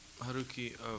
Haruki